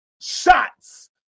Shots